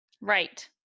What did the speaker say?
Right